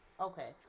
Okay